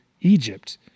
Egypt